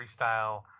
freestyle